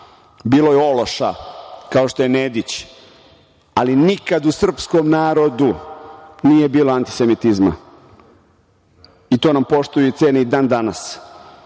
Bilo je ološa kao što je Nedić, ali nikad u srpskom narodu nije bilo antisemitizma i to nam poštuju i cene i dan danas.